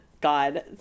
god